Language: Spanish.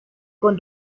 con